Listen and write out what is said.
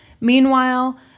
Meanwhile